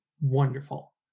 wonderful